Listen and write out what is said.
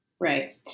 Right